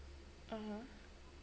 (uh huh)